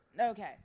Okay